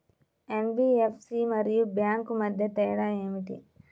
NBFC మరియు bank మధ్య తేడా ఏమిటీ?